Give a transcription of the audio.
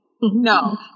No